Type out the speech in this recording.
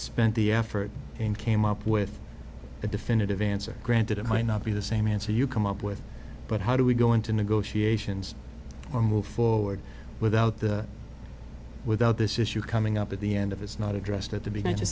spent the effort and came up with a definitive answer granted it might not be the same answer you come up with but how do we go into negotiations or move forward without the without this issue coming up at the end of his not addressed at the beginning to